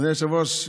אדוני היושב-ראש,